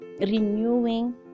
renewing